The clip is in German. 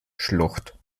schlucht